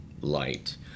light